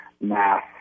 math